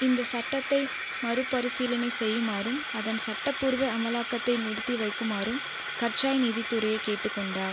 இந்தச் சட்டத்தை மறுபரிசீலனை செய்யுமாறும் அதன் சட்டப்பூர்வ அமலாக்கத்தை நிறுத்தி வைக்குமாறும் கர்சாய் நீதித்துறையை கேட்டுக் கொண்டார்